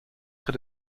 près